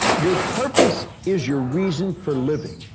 your purpose is your reason for living.